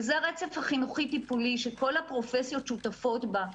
וזה הרצף החינוכי-טיפולי שכל הפרופסיות שותפות בה.